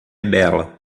bela